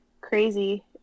crazy